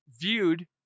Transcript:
viewed